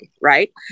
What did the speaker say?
Right